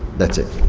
that's it,